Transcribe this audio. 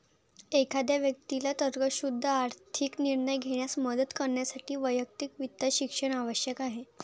एखाद्या व्यक्तीला तर्कशुद्ध आर्थिक निर्णय घेण्यास मदत करण्यासाठी वैयक्तिक वित्त शिक्षण आवश्यक आहे